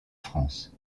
france